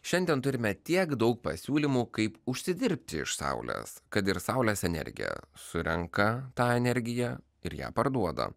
šiandien turime tiek daug pasiūlymų kaip užsidirbti iš saulės kad ir saulės energija surenka tą energiją ir ją parduoda